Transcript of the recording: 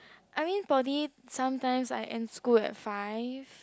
I mean poly sometimes I end school at five